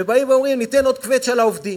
ובאים ואומרים: ניתן עוד קווץ' על העובדים.